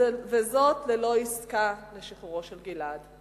וזאת ללא עסקה לשחרורו של גלעד.